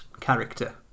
character